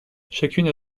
chacune